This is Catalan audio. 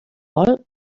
vol